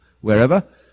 wherever